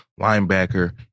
linebacker